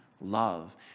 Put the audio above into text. love